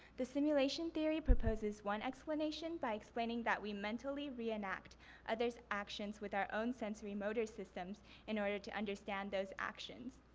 the simulation theory proposes one explanation by explaining that we mentally re-enact other's actions with our own sensory motor systems in order to understand those actions.